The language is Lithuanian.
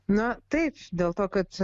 na taip dėl to kad